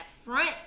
Front